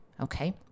Okay